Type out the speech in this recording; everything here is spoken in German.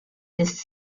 des